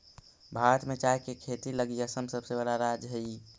भारत में चाय के खेती लगी असम सबसे बड़ा राज्य हइ